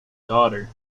daughter